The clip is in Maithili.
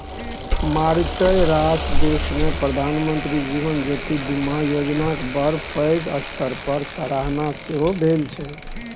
मारिते रास देशमे प्रधानमंत्री जीवन ज्योति बीमा योजनाक बड़ पैघ स्तर पर सराहना सेहो भेल छै